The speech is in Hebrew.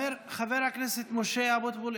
חבר הכנסת משה אבוטבול,